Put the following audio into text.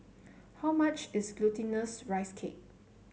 how much is Glutinous Rice Cake